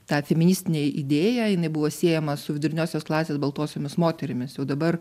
ta feministinė idėja jinai buvo siejama su viduriniosios klasės baltosiomis moterimis jau dabar